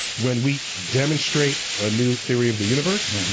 when we demonstrate a new theory of the universe,